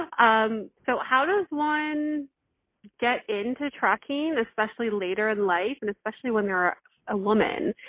and um so how does one get into tracking, especially later in life, and especially when you're a woman?